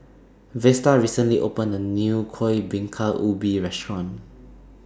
Vesta recently opened A New Kuih Bingka Ubi Restaurant